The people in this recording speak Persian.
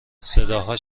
صداها